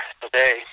today